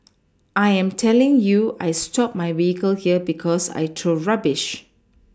I am telling you I stop my vehicle here because I throw rubbish